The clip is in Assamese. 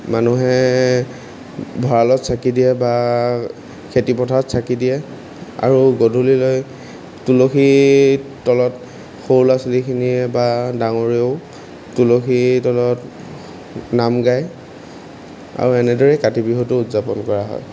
মানুহে ভঁৰালত চাকি দিয়ে বা খেতি পথাৰত চাকি দিয়ে আৰু গধূলিলৈ তুলসীৰ তলত সৰু ল'ৰা ছোৱালীখিনিয়ে বা ডাঙৰেও তুলসী তলত নাম গায় আৰু এনেদৰেই কাতি বিহুটো উদযাপন কৰা হয়